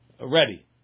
ready